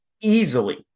easily